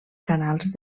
canals